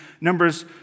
Numbers